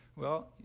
well,